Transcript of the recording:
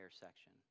section